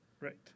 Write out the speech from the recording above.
Right